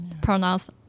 pronounce